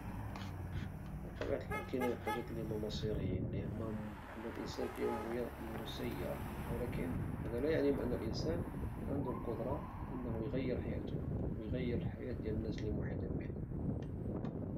في الحقيقة الانسان حر أنه يحقق بزاف ديال الحاجات ويتحكم في المصير ديالو ولكن كاين شي حاجات لي هي خارج القدرة ديال الانسان وكيكون فيها الانسان مصير، ولكن عموما راه الانسان حر وقادر أنه يبدل حياتو ويحقق بزاف د الحاجات بغض النظر على المسائل لي هي قدرية.